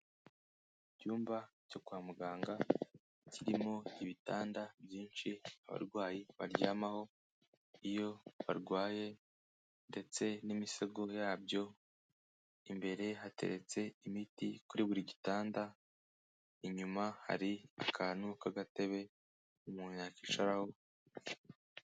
Icyumba cyo kwa muganga, kirimo ibitanda byinshi abarwayi baryamaho iyo barwaye ndetse n'imisego yabyo, imbere hateretse imiti kuri buri gitanda, inyuma hari akantu k'agatebe umuntu yakwicaraho.